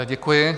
Děkuji.